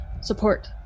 support